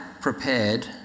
prepared